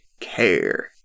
care